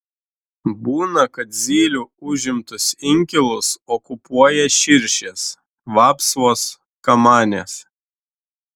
būna kad zylių užimtus inkilus okupuoja širšės vapsvos kamanės